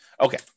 Okay